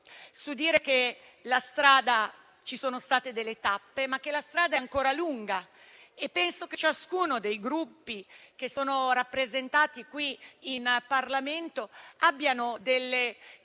nel dire che abbiamo raggiunto delle tappe, ma che la strada è ancora lunga. Penso che ciascuno dei Gruppi che sono rappresentati qui in Parlamento abbiano dei